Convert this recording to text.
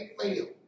fail